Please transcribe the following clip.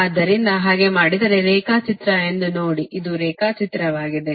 ಆದ್ದರಿಂದ ಹಾಗೆ ಮಾಡಿದರೆ ಇದು ರೇಖಾಚಿತ್ರ ಎಂದು ನೋಡಿ ಇದು ರೇಖಾಚಿತ್ರವಾಗಿದೆ